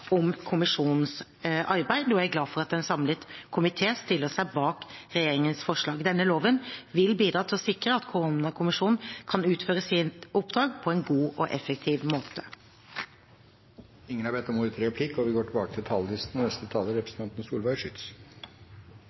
om kommisjonens arbeid. Jeg er glad for at en samlet komité stiller seg bak regjeringens forslag. Denne loven vil bidra til å sikre at koronakommisjonen kan utføre sitt oppdrag på en god og effektiv måte. Venstre mener at mye åpenhet styrker demokratiet. Etter